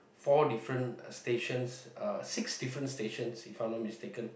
four different stations uh six different stations if I'm not mistaken